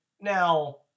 now